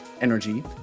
energy